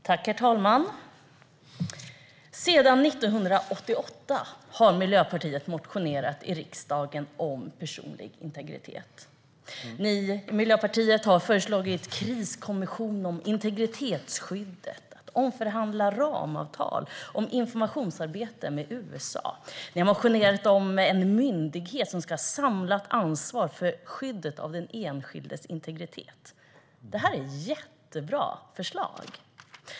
Herr talman! Sedan 1988 har Miljöpartiet motionerat i riksdagen om personlig integritet. Miljöpartiet har föreslagit kriskommission om integritetsskyddet, omförhandling av ramavtal och informationsarbete med USA. Ni har motionerat om en myndighet som ska ha ett samlat ansvar för skyddet av den enskildes integritet. Det är jättebra förslag.